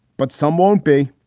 but some won't be.